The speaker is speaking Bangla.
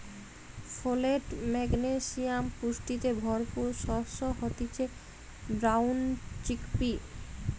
ফোলেট, ম্যাগনেসিয়াম পুষ্টিতে ভরপুর শস্য হতিছে ব্রাউন চিকপি